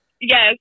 yes